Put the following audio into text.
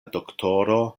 doktoro